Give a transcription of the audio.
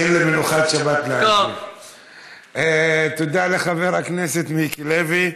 תן למנוחת שבת, תודה לחבר הכנסת מיקי לוי.